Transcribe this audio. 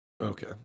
Okay